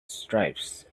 stripes